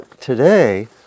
Today